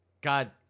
God